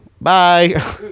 Bye